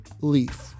Leaf